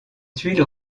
tuiles